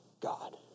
God